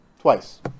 Twice